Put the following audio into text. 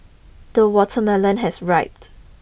the watermelon has riped